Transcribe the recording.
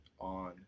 on